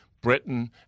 Britain